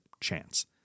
chance